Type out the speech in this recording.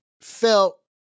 felt